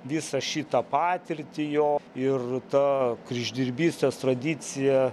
visą šitą patirtį jo ir ta kryždirbystės tradicija